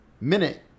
Minute